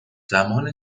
زمان